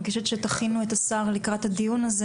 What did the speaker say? אני מבקשת שתכינו את השר לקראת הדיון הזה,